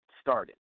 started